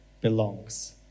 belongs